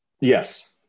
Yes